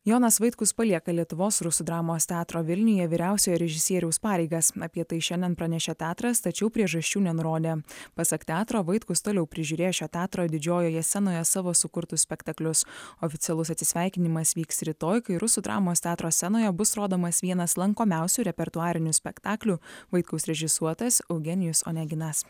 jonas vaitkus palieka lietuvos rusų dramos teatro vilniuje vyriausiojo režisieriaus pareigas apie tai šiandien pranešė teatras tačiau priežasčių nenurodė pasak teatro vaitkus toliau prižiūrės šio teatro didžiojoje scenoje savo sukurtus spektaklius oficialus atsisveikinimas vyks rytoj kai rusų dramos teatro scenoje bus rodomas vienas lankomiausių repertuarinių spektaklių vaitkaus režisuotas eugenijus oneginas